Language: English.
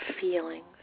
feelings